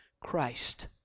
Christ